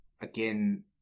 again